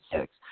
six